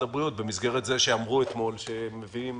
הבריאות במסגרת זה שאמרו אתמול שמביאים